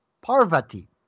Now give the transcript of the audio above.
Parvati